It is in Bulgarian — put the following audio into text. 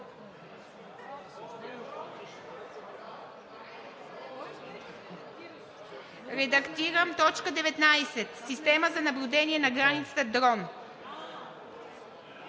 Редактирам т. 19 „Система за наблюдение на границата – дрон“.